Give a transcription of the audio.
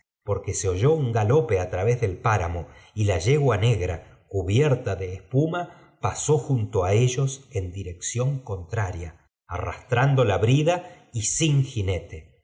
porque se oyó un galope á través del páramo y la yegua negra cubierta de espuma pasó junto á ellos en dirección contraria arrastrando la brida y sin jinete